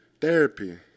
therapy